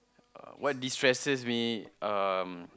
uh what destresses me um